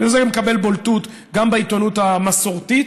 וזה מקבל בולטות גם בעיתונות המסורתית,